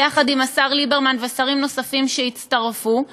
ויחד עם השר ליברמן ושרים נוספים שהצטרפו,